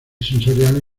sensorial